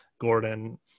gordon